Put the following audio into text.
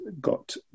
got